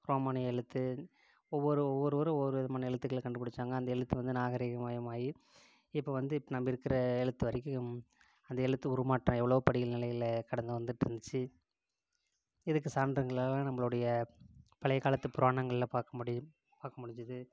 ரோமானிய எழுத்து ஒவ்வொரு ஓவ்வொருவரும் ஒவ்வொரு விதமான எழுத்துக்களை கண்டுப்பிடிச்சாங்க அந்த எழுத்து வந்து நாகரிகமயமாகி இப்போ வந்து நம்ம இருக்கிற எழுத்து வரைக்கும் அந்த எழுத்து உருமாற்றம் எவ்வளோ படிகள் நிலைகளில் கடந்து வந்துகிட்டுருந்துச்சி இதுக்கு சான்றுங்கெல்லாம் நம்மளுடைய பழைய காலத்து புராணங்களில் பார்க்க முடியும் பார்க்க முடிஞ்சுது